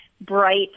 bright